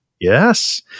Yes